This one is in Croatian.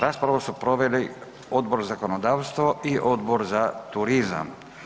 Raspravu su proveli Odbor za zakonodavstvo i Odbor za turizam.